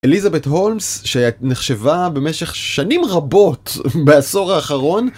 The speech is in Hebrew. אליזבת הולמס שנחשבה במשך שנים רבות בעשור האחרון